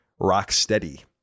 Rocksteady